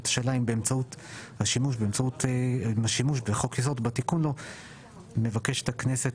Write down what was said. השאלה אם באמצעות השימוש בחוק-יסוד ובתיקון לו מבקשת הכנסת